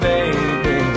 Baby